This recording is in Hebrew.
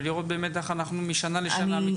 ולראות איך אנחנו מתעדכנים משנה לשנה.